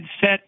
set